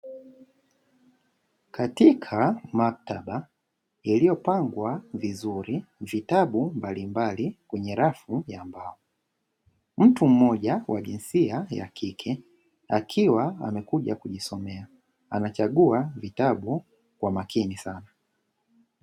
Katika maktaba iliyopangwa vizuri vitabu mbalimbali kwenye rafu ya mbao. Mtu mmoja wa jinsia ya kike akiwa amekuja kujisomea anachagua vitabu kwa makini sana.